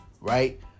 right